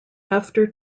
after